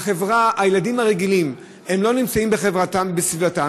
הילדים הרגילים, הם לא נמצאים בחברתם ובסביבתם.